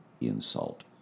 insult